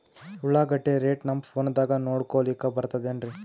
ಉಳ್ಳಾಗಡ್ಡಿ ರೇಟ್ ನಮ್ ಫೋನದಾಗ ನೋಡಕೊಲಿಕ ಬರತದೆನ್ರಿ?